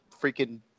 freaking